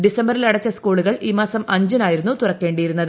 ഡിസംബറിൽ അടച്ച സ്കൂളുകൾ ഈ മാസം അഞ്ചിനായിരുന്നു തുറക്കേ ിയിരുന്നത്